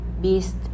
beast